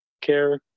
care